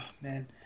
man